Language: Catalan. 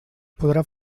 podrà